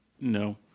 No